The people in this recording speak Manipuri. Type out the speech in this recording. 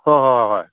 ꯍꯣ ꯍꯣ ꯍꯣ ꯍꯣꯏ